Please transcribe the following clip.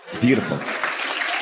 Beautiful